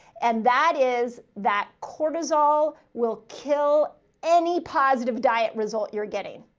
and that is that cortisol will kill any positive diet result you're getting.